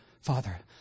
Father